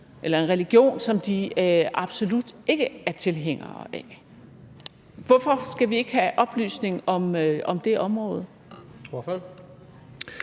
eller en religion, som de absolut ikke er tilhængere af? Hvorfor skal vi ikke have oplysninger om det område?